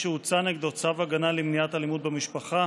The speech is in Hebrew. שהוצא נגדו צו הגנה למניעת אלימות במשפחה,